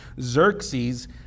Xerxes